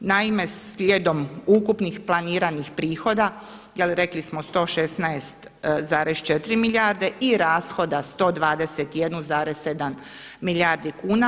Naime, slijedom ukupnih planiranih prihoda, jer rekli smo 116,4 milijarde i rashoda 121,7 milijardi kuna.